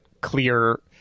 clear